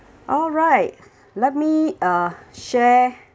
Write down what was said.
all right let me uh share